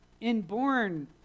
inborn